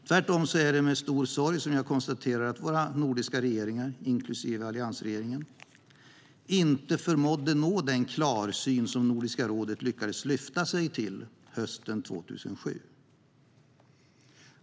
Tvärtom är det med stor sorg som jag konstaterar att våra nordiska regeringar, inklusive alliansregeringen, inte förmådde nå den klarsyn som Nordiska rådet lyckades lyfta sig till hösten 2007.